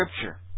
scripture